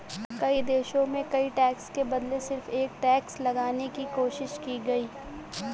कई देशों में कई टैक्स के बदले सिर्फ एक टैक्स लगाने की कोशिश की गयी